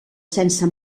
sense